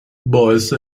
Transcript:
باعث